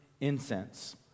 incense